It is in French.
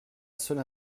seule